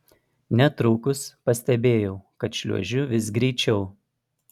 netrukus pastebėjau kad šliuožiu vis greičiau